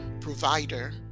provider